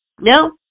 No